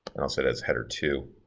and i'll set as header two.